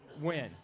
win